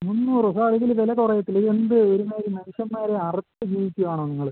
മുന്നൂറുരൂപ ഇതിന് വില കുറയത്തില്ലേ എന്ത് ഒരു മാതിരി മനുഷ്യന്മാരെ അറുത്ത് ജീവിക്കുകയാണോ നിങ്ങൾ